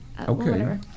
Okay